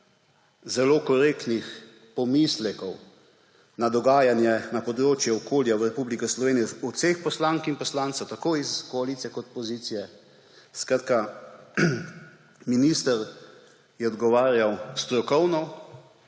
zelo korektnih pomislekov na dogajanje na področju okolja v Republiki Sloveniji od vseh poslank in poslancev, tako iz koalicije kot opozicije. Skratka, minister je odgovarjal strokovno